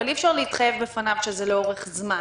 אבל אי אפשר להתחייב בפניו שזה לאורך זמן.